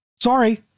Sorry